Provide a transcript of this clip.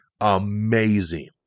amazing